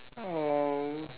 oh